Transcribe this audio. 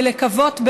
ולקוות,